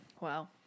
Wow